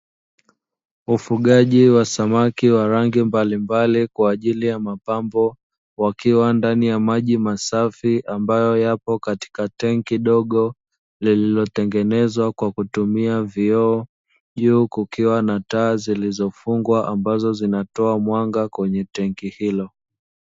Ufugaji wa samaki wa rangi mbalimbali kwa ajili ya mapambo, wakiwa ndani ya maji masafi ambayo yapo katika tenki dogo lililotengenezwa kwa kutumia vioo, juu kukiwa na taa zilizofungwa ambazo zinatoa mwanga kwenye tenki hilo.